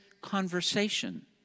conversation